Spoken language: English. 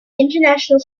international